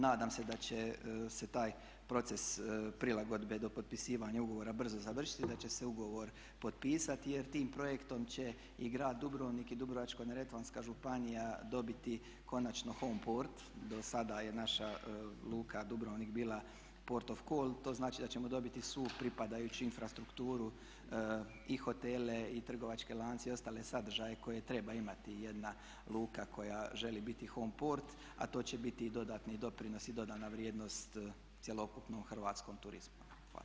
Nadam se da će se taj proces prilagodbe do potpisivanja ugovora brzo završiti i da će se ugovor potpisati jer tim projektom će i grad Dubrovnik i Dubrovačko-neretvanska županija dobiti konačno home port, dosada je naša Luka Dubrovnik bila port of call, to znači da ćemo dobiti svu pripadajuću infrastrukturu i hotele i trgovačke lance i ostale sadržaje koje treba imati jedna luka koja želi biti home port, a to će biti i dodatni doprinos i dodana vrijednost cjelokupnom hrvatskom turizmu.